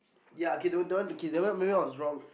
ya okay that one that one K maybe I was wrong